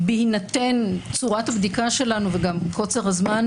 בהינתן צורת הבדיקה שלנו וגם קוצר הזמן,